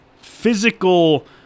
physical